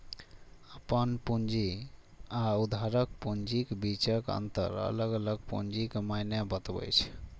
अपन पूंजी आ उधारक पूंजीक बीचक अंतर अलग अलग पूंजीक मादे बतबै छै